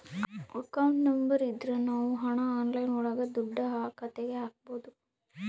account number ಇದ್ರ ನಾವ್ ಹಣ ಆನ್ಲೈನ್ ಒಳಗ ದುಡ್ಡ ಖಾತೆಗೆ ಹಕ್ಬೋದು